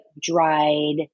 dried